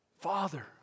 Father